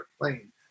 plane